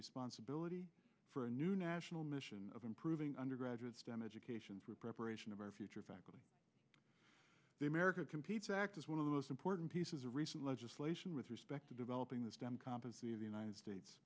responsibility for a new national mission of improving undergraduate stem education for preparation of our future faculty the america competes act is one of the most important pieces of recent legislation with respect to developing the stem compazine of the united states